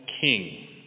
king